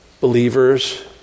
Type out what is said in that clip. believers